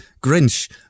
Grinch